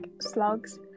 Slugs